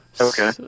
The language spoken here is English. Okay